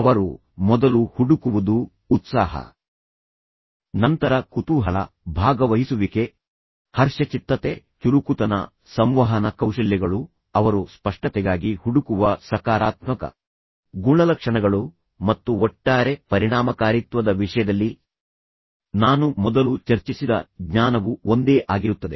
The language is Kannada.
ಅವರು ಮೊದಲು ಹುಡುಕುವುದು ಉತ್ಸಾಹ ನಂತರ ಕುತೂಹಲ ಭಾಗವಹಿಸುವಿಕೆ ಹರ್ಷಚಿತ್ತತೆ ಚುರುಕುತನ ಸಂವಹನ ಕೌಶಲ್ಯಗಳು ಅವರು ಸ್ಪಷ್ಟತೆಗಾಗಿ ಹುಡುಕುವ ಸಕಾರಾತ್ಮಕ ಗುಣಲಕ್ಷಣಗಳು ಮತ್ತು ಒಟ್ಟಾರೆ ಪರಿಣಾಮಕಾರಿತ್ವದ ವಿಷಯದಲ್ಲಿ ನಾನು ಮೊದಲು ಚರ್ಚಿಸಿದ ಜ್ಞಾನವು ಒಂದೇ ಆಗಿರುತ್ತದೆ